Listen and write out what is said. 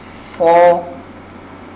for